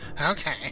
okay